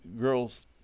girls